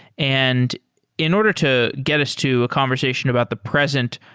and in order to get us to a conversation about the present,